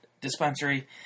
dispensary